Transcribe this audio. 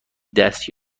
دست